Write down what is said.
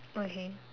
okay